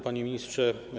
Panie Ministrze!